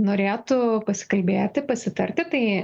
norėtų pasikalbėti pasitarti tai